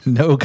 no